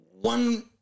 One